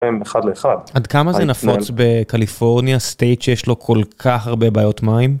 הם אחד לאחד עד כמה זה נפוץ בקליפורניה סטייט שיש לו כל כך הרבה בעיות מים.